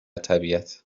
طبیعت